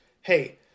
hey